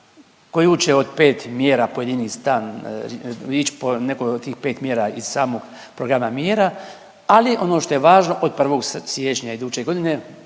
koju će od pet mjera pojedini stan ići po neku od tih pet mjera iz samog programa mjera. Ali ono što je važno od 1. siječnja iduće godine